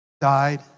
died